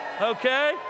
Okay